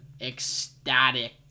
ecstatic